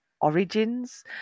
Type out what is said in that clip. Origins